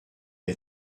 est